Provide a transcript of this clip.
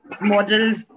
models